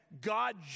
God